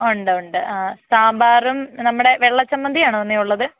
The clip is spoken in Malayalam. ഉണ്ട് ഉണ്ട് സാമ്പാറും നമ്മുടെ വെള്ള ചമ്മന്തിയാണോ എന്നേ ഉള്ളത്